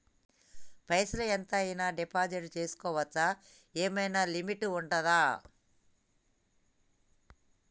పైసల్ ఎంత అయినా డిపాజిట్ చేస్కోవచ్చా? ఏమైనా లిమిట్ ఉంటదా?